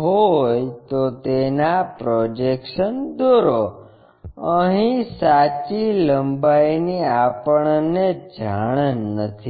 હોય તો તેના પ્રોજેકશન દોરો અહીં સાચી લંબાઈ ની આપણને જાણ નથી